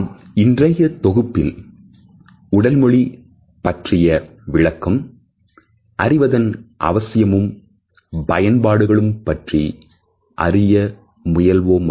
நாம் இன்றைய தொகுப்பில் உடல் மொழி பற்றிய விளக்கம் அறிவதன் அவசியமும் பயன்பாடுகளும் பற்றி அறிய முயல்வோமாக